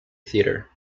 theatre